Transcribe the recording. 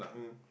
mm